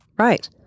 Right